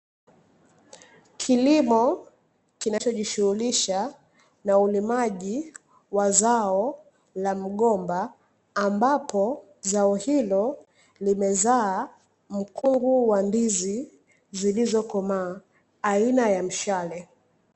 Kilimo kinachojishughulisha na ulimaji wa zao la mgomba, ambapo zao hilo limezaa mkungu wa ndizi zilizokomaa aina ya mshale.